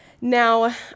now